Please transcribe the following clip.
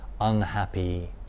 unhappy